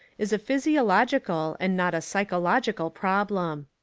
is a physiological, and not a psychological problem.